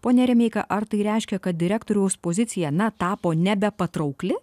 pone remeika ar tai reiškia kad direktoriaus pozicija na tapo nebepatraukli